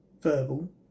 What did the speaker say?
Verbal